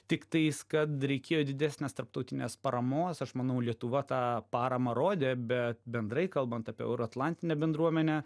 tiktais kad reikėjo didesnės tarptautinės paramos aš manau lietuva tą paramą rodė bet bendrai kalbant apie euroatlantinę bendruomenę